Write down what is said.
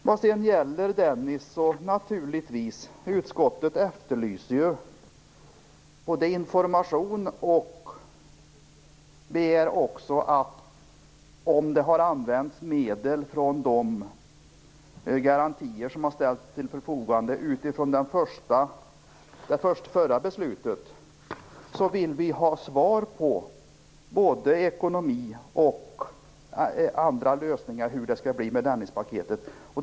Vad sedan gäller Dennis efterlyser utskottet information och ber att få besked om det har använts medel från de garantier som har ställts till förfogande utifrån det förra beslutet. Vi vill vi ha svar på hur det skall bli med Dennispaketet, både vad gäller ekonomi och andra lösningar.